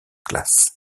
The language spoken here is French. classes